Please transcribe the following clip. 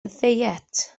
ddiet